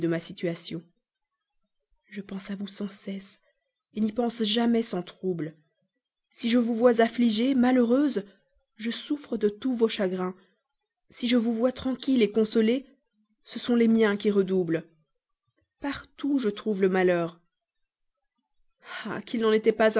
ma situation je pense à vous sans cesse n'y pense jamais sans trouble si je vous vois affligée malheureuse je souffre de tous vos chagrins si je vous vois tranquille consolée ce sont les miens qui redoublent partout je trouve le malheur ah qu'il n'en était pas